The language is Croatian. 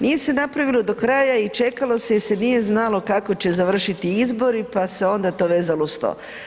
Nije se napravilo do kraja i čekalo se jer se nije znalo kako će završiti izbori pa se onda to vezalo uz to.